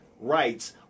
rights